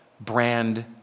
brand